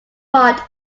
bought